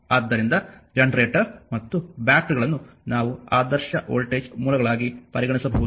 ಆದ್ದರಿಂದ ಜನರೇಟರ್ ಮತ್ತು ಬ್ಯಾಟರಿಗಳನ್ನು ನಾವು ಆದರ್ಶ ವೋಲ್ಟೇಜ್ ಮೂಲಗಳಾಗಿ ಪರಿಗಣಿಸಬಹುದು